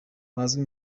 bazwi